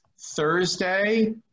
Thursday